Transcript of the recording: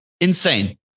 Insane